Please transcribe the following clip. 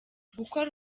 gukora